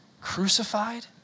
crucified